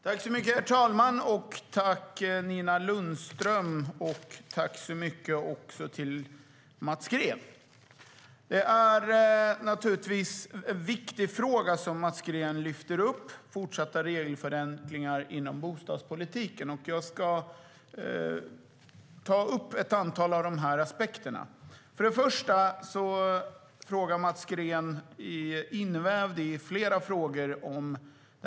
Herr talman! Jag tackar Nina Lundström och Mats Green för deras inlägg. Det är naturligtvis en viktig fråga som Mats Green lyfter fram, nämligen frågan om fortsatta regelförenklingar inom bostadspolitiken. Jag ska ta upp ett antal av dessa aspekter. Mats Green tar upp instansordningen i flera frågor.